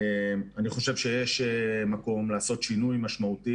אני חושב שיש מקום לעשות שינוי משמעותי